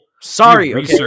Sorry